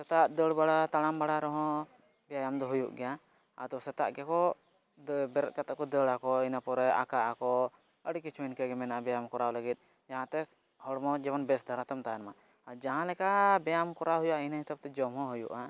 ᱥᱮᱛᱟᱜ ᱫᱟᱹᱲᱵᱟᱲᱟ ᱛᱟᱲᱟᱢ ᱵᱟᱲᱟ ᱨᱮᱦᱚᱸ ᱵᱮᱭᱟᱢ ᱫᱚ ᱦᱩᱭᱩᱜ ᱜᱮᱭᱟ ᱟᱫᱚ ᱥᱮᱛᱟᱜ ᱜᱮᱠᱚ ᱵᱮᱨᱮᱫ ᱠᱟᱛᱮᱫ ᱠᱚ ᱫᱟᱹᱲᱟᱠᱚ ᱤᱱᱟᱹᱯᱚᱨᱮ ᱟᱠᱟ ᱟᱠᱚ ᱟᱹᱰᱤᱠᱤᱪᱷᱩ ᱤᱱᱠᱟᱹᱜᱮ ᱵᱮᱭᱟᱢ ᱠᱚᱨᱟᱣ ᱞᱟᱜᱤᱫ ᱡᱟᱦᱟᱸᱛᱮ ᱦᱚᱲᱢᱚ ᱡᱮᱢᱚᱱ ᱵᱮᱥ ᱫᱷᱟᱨᱟᱛᱟᱢ ᱛᱟᱦᱮᱱ ᱢᱟ ᱟᱨ ᱡᱟᱦᱟᱸ ᱞᱮᱠᱟ ᱵᱮᱭᱟᱢ ᱠᱚᱨᱟᱣ ᱦᱩᱭᱩᱜᱼᱟ ᱤᱱᱟᱹ ᱦᱤᱥᱟᱹᱵᱽᱛᱮ ᱡᱚᱢᱦᱚᱸ ᱦᱩᱭᱩᱜᱼᱟ